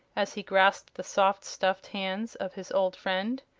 as he grasped the soft, stuffed hands of his old friend.